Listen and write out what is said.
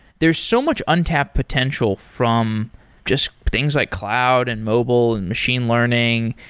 there's so much untapped potential from just things like cloud and mobile and machine learning,